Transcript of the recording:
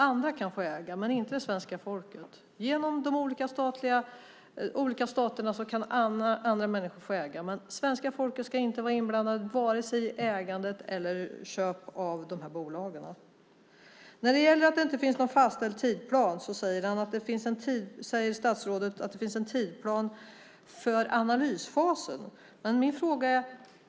Andra kan få äga, men inte det svenska folket. Genom de olika staterna kan andra människor få äga. Men svenska folket ska inte vara inblandat vare sig i ägandet eller i köp av bolagen. När det gäller förhållandet att det inte finns någon fastställd tidplan säger statsrådet att det finns en tidsplan för analysfasen. Jag har en fråga.